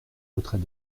retrait